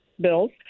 bills